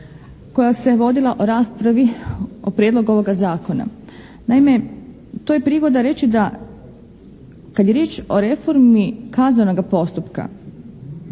koja se vodilo o raspravi o prijedlogu ovog zakona. Naime, to je prigoda reći da kad je riječ o reformi kaznenoga postupka